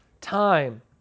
time